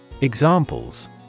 Examples